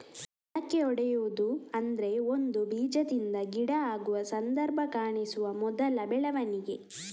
ಮೊಳಕೆಯೊಡೆಯುವುದು ಅಂದ್ರೆ ಒಂದು ಬೀಜದಿಂದ ಗಿಡ ಆಗುವ ಸಂದರ್ಭ ಕಾಣಿಸುವ ಮೊದಲ ಬೆಳವಣಿಗೆ